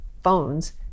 phones